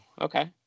okay